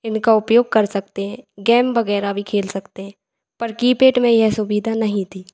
इनका उपयोग कर सकते हैं गेम वगैरह भी खेल सकते हैं पर कीपैड में यह सुविधा नहीं थी